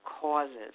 causes